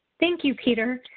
thank you petar.